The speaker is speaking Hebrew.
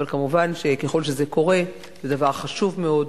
אבל, כמובן, ככל שזה קורה, זה דבר חשוב מאוד.